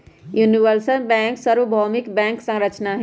universal bank सर्वभौमिक bank संरचना हई